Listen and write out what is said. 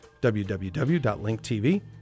www.linktv